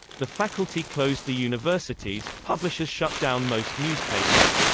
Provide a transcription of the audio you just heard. the faculty closed the universities publishers shut down most newspapers.